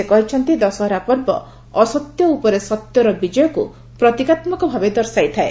ସେ କହିଛନ୍ତି ଦଶହରା ପର୍ବ ଅସତ୍ୟ ଉପରେ ସତ୍ୟର ବିଜୟକୁ ପ୍ରତୀକାତ୍ମକ ଭାବେ ଦର୍ଶାଇଥାଏ